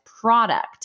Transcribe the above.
product